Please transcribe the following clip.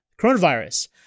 coronavirus